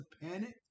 panic